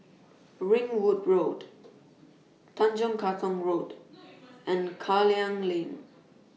Ringwood Road Tanjong Katong Road and Klang Lane